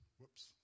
Whoops